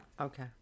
Okay